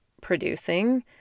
producing